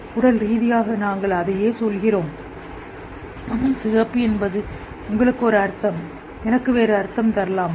உடல் ரீதியாக நாங்கள் அதையே சொல்கிறோம் ஆனால் சிவப்பு என்பது உங்களுக்கு அர்த்தம் எனக்கு என்ன அர்த்தம் என்பது வேறுபட்டது